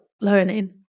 learning